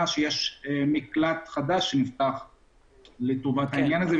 שיש מקלט חדש שנפתח לטובת העניין הזה.